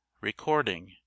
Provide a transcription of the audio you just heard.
Recording